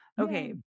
okay